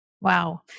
Wow